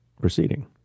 proceeding